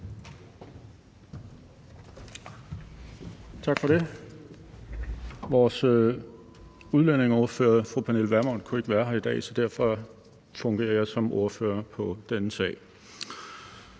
Tak for det. Vores udlændingeordfører, fru Pernille Vermund, kunne ikke være her i dag, så derfor fungerer jeg som ordfører på denne sag.